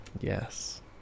Yes